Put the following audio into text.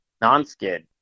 non-skid